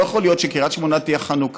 לא יכול להיות שקריית שמונה תהיה חנוקה